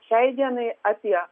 šiai dienai apie